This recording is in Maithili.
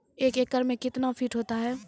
एक एकड मे कितना फीट होता हैं?